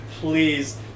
please